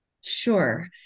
Sure